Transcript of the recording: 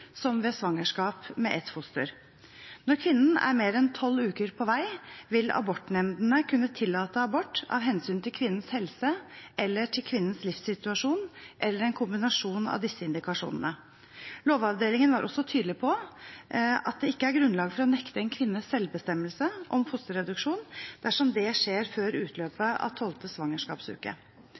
som for svangerskap med ett foster. Når kvinnen er mer enn tolv uker på vei, vil abortnemndene kunne tillate abort av hensyn til kvinnens helse, kvinnens livssituasjon eller en kombinasjon av disse indikasjonene. Lovavdelingen var også tydelig på at det ikke er grunnlag for å nekte en kvinne selvbestemmelse om fosterreduksjon dersom det skjer før utløpet av tolvte svangerskapsuke.